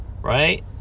Right